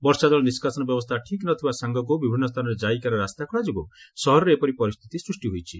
ବର୍ଷାଜଳ ନିଷ୍କାସନ ବ୍ୟବସ୍ରା ଠିକ୍ ନ ଥିବା ସାଙ୍ଗକୁ ବିଭିନ୍ନ ସ୍ସାନରେ ଜାଇକାର ରାସ୍ତାଖେଳା ଯୋଗୁଁ ସହରରେ ଏପରି ପରିସ୍ଥିତି ସୂଷ୍ ହୋଇଛି